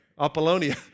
apollonia